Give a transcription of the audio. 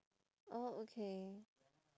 oh okay